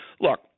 look